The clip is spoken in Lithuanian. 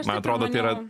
man atrodo tai yra